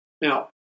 Now